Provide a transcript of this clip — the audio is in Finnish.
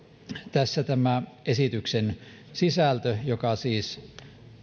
tässä tämä esityksen sisältö joka siis